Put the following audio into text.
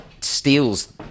steals